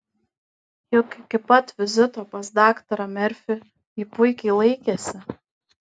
juk iki pat vizito pas daktarą merfį ji puikiai laikėsi